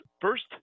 first